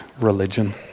religion